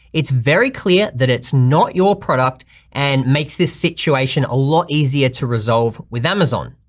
it's very clear that it's not your product and makes this situation a lot easier to resolve with amazon.